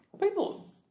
People